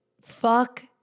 fuck